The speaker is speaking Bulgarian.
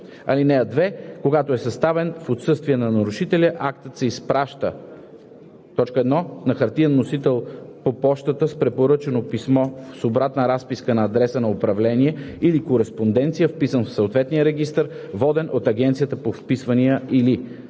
лице. (2) Когато е съставен в отсъствие на нарушителя, актът се изпраща: 1. на хартиен носител по пощата с препоръчано писмо с обратна разписка на адреса на управление или кореспонденция, вписан в съответния регистър, воден от Агенцията по вписванията, или 2.